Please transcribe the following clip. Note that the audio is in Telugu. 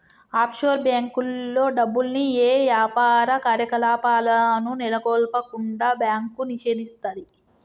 ఆఫ్షోర్ బ్యేంకుల్లో డబ్బుల్ని యే యాపార కార్యకలాపాలను నెలకొల్పకుండా బ్యాంకు నిషేధిస్తది